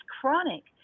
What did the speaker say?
chronic